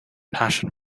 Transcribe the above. passion